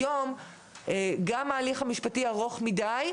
היום גם ההליך המשפטי ארוך מידיי,